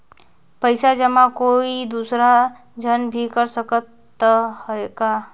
पइसा जमा कोई दुसर झन भी कर सकत त ह का?